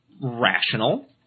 rational